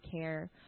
care